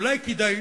אולי כדאי